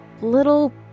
little